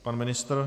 Pan ministr?